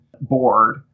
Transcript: board